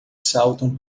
saltam